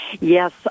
Yes